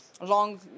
long